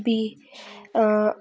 बि